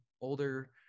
older